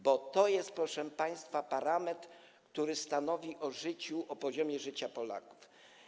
Bo to są, proszę państwa, parametry, który stanowią o życiu, o poziomie życia Polaków.